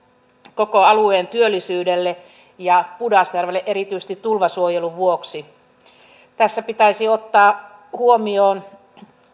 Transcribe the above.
koko alueen työllisyydelle ja pudasjärvelle erityisesti tulvasuojelun vuoksi tässä pitäisi ottaa huomioon